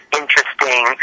interesting